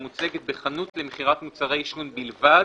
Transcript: המוצגת בחנות למכירת מוצרי עישון בלבד,